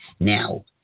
Now